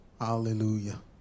Hallelujah